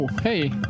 Hey